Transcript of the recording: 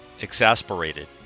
Exasperated